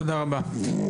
תודה רבה.